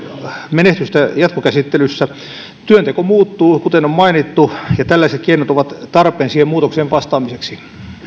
menestystä jatkokäsittelyssä työnteko muuttuu kuten on mainittu ja tällaiset keinot ovat tarpeen siihen muutokseen vastaamiseksi